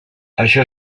això